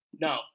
No